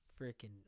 Freaking